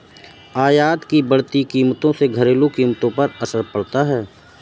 आयात की बढ़ती कीमतों से घरेलू कीमतों पर असर पड़ता है